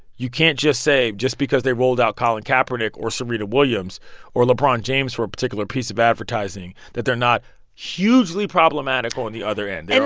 you can't just say just because they rolled out colin kaepernick or serena williams or lebron james for a particular piece of advertising that they're not hugely problematic on the other end. and